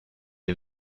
est